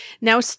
now